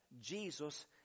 Jesus